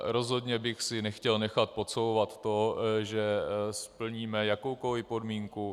Rozhodně bych si nechtěl nechat podsouvat to, že splníme jakoukoli podmínku.